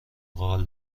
قال